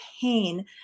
pain